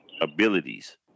abilities